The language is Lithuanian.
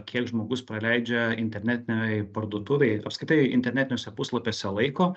kiek žmogus praleidžia internetinėj parduotuvėj apskritai internetiniuose puslapiuose laiko